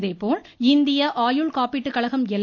இதேபோல் இந்திய ஆயுள் காப்பீட்டுக்கழகம் எல்